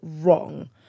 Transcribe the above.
Wrong